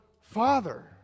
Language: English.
Father